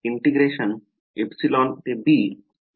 आपण असे करू